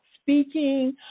speaking